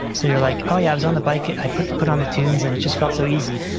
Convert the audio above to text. so you're like, oh yeah i was on the bike, i put put on the tunes and it just felt so easy.